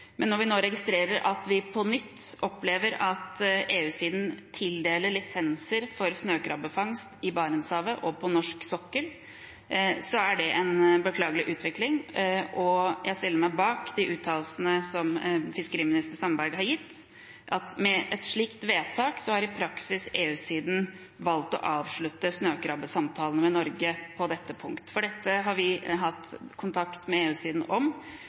Men når vi nå registrerer og på nytt opplever at EU-siden tildeler lisenser for snøkrabbefangst i Barentshavet og på norsk sokkel, er det en beklagelig utvikling, og jeg stiller meg bak de uttalelsene som fiskeriminister Sandberg har gitt, at med et slikt vedtak har i praksis EU-siden valgt å avslutte snøkrabbesamtalene med Norge på dette punkt. Dette hadde vi kontakt med EU-siden om